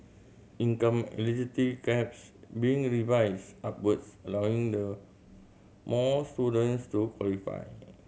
income caps be revised upwards allowing the more students to qualify